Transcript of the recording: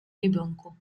ребенку